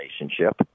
relationship